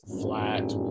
flat